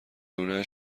لونه